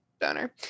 donor